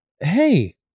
hey